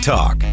Talk